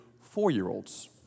four-year-olds